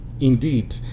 indeed